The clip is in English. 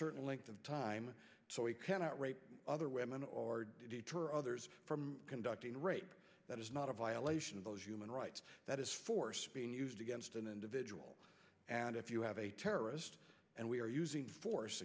certain length of time so he cannot rape other women or deter others from conducting rape that is not a violation of those human rights that is force being used against an individual and if you have a terrorist and we are using force